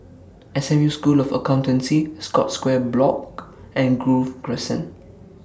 S M U School of Accountancy Scotts Square Block and Grove Crescent